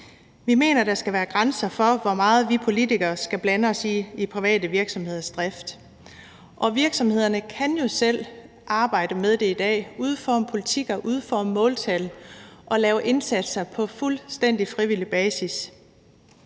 Vi mener, at der skal være grænser for, hvor meget vi politikere skal blande os i private virksomheders drift. Og virksomhederne kan jo selv arbejde med det i dag, altså udforme politikker og udforme måltal og lave indsatser på fuldstændig frivillig basis.